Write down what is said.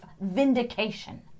vindication